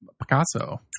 Picasso